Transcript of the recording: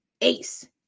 ace